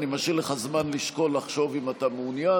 אני משאיר לך זמן לשקול, לחשוב אם אתה מעוניין.